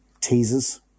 teasers